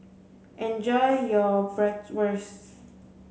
enjoy your Bratwurst